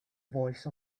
voice